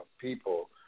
people